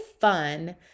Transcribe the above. fun